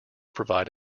provide